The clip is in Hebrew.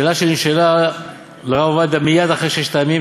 שאלה שנשאל הרב עובדיה מייד אחרי מלחמת ששת הימים,